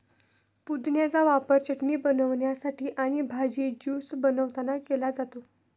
पुदिन्याचा वापर चटणी बनवण्यासाठी आणि भाजी, ज्यूस बनवतांना केला जातो